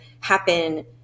happen